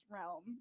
realm